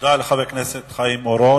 תודה לחבר הכנסת חיים אורון.